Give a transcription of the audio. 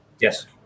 Yes